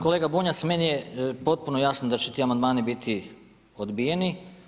Kolega Bunjac, meni je potpuno jasno da će ti amandmani biti odbijeni.